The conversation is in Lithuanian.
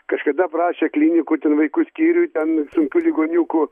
kažkada prašė klinikų vaikų skyriuj ten sunkių ligoniukų